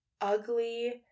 ugly